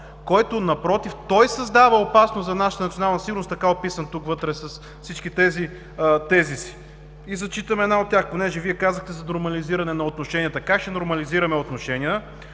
доклад. Напротив – той създава опасност за нашата национална сигурност, така описан вътре с всички тези тезиси. Зачитам една от тях. Вие казахте „за нормализиране на отношенията“. Как ще нормализираме отношения,